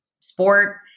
sport